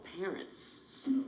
parents